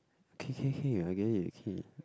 K K K I get it okay